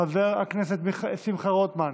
חבר הכנסת שמחה רוטמן,